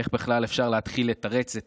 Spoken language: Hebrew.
איך בכלל אפשר להתחיל לתרץ את